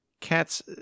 Cats